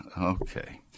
okay